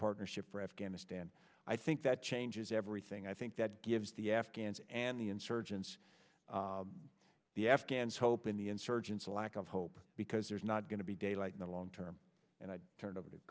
partnership for afghanistan i think that changes everything i think that gives the afghans and the insurgents the afghans hope in the insurgents a lack of hope because there's not going to be daylight in the long term and i turned over to